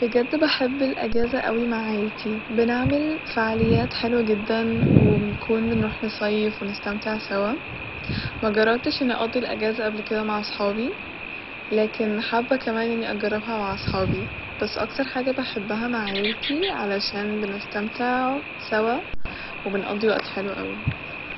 بجد بحب أوي الاجازة مع عيلتي بنعمل فعاليات حلوة جدا وبجد بنروح نصيف ونستمتع سوا مجربتش اني اقضي الاجازة قبل كده مع اصحابي لكن حابه كمان اني اجربها مع اصحابي ، بس اكتر حاجة حباها مع عيلتي عشان نستمتع سوا وبنقضي وقت حلو اوي